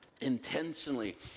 intentionally